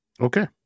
Okay